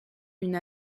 une